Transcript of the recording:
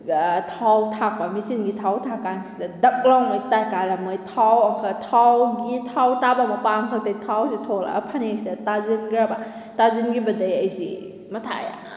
ꯊꯥꯎ ꯊꯥꯛꯄ ꯃꯦꯆꯤꯟꯒꯤ ꯊꯥꯎ ꯊꯥꯛꯄ ꯀꯥꯟꯁꯤꯗ ꯗꯛ ꯂꯥꯎꯅ ꯇꯥꯔꯝꯃꯣꯏ ꯊꯥꯎꯒꯤ ꯊꯥꯎ ꯇꯥꯕ ꯃꯄꯥ ꯑꯃꯈꯛꯇꯒꯤ ꯊꯥꯎꯁꯤ ꯊꯣꯛꯂꯛꯑꯒ ꯐꯅꯦꯛꯁꯤꯗ ꯇꯥꯁꯟꯈ꯭ꯔꯕ ꯇꯥꯁꯤꯟꯈꯤꯕꯗꯒꯤ ꯑꯩꯁꯤ ꯃꯊꯥ ꯌꯥꯝ